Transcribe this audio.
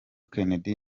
kennedy